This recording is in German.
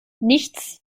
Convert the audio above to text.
nichts